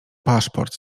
paszport